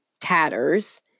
tatters